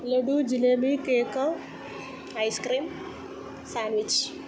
laddu jalebi cake ice cream sandwich